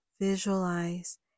visualize